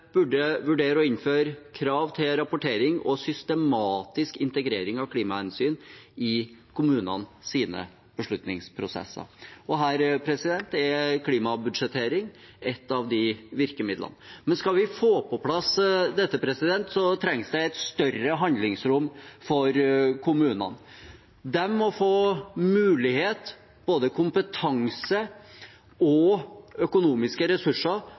systematisk integrering av klimahensyn i kommunenes beslutningsprosesser. Her er klimabudsjettering et av virkemidlene. Skal vi få på plass dette, trengs det et større handlingsrom for kommunene. De må få mulighet, kompetanse og økonomiske ressurser